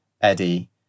Eddie